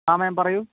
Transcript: ആ മേം പറയു